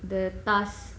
the task